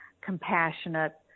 compassionate